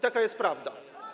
Taka jest prawda.